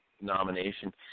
nomination